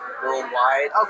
worldwide